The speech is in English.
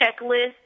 checklist